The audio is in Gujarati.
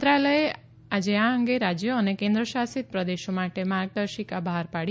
મંત્રાલયે આજે આ અંગે રાજયો અને કેન્દ્રશાસિત પ્રદેશો માટે માર્ગદર્શિકા બહાર પાડી